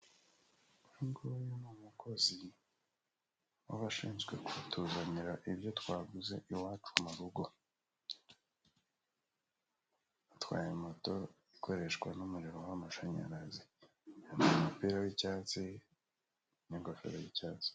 Uyu nguyu ni umukozi we abashinzwe kutuzanira ibyo twaguze iwacu mu rugo atwaye moto ikoreshwa n'umuriro w'amashanyarazi, yambaye umupira w'icyatsi n'igofero y'icyatsi.